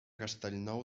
castellnou